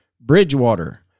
Bridgewater